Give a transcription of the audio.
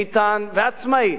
איתן ועצמאי